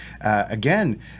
again